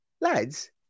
Lads